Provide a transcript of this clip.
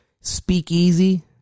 Speakeasy